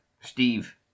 steve